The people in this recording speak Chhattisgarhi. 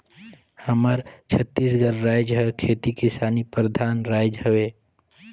हमर छत्तीसगढ़ राएज हर खेती किसानी परधान राएज हवे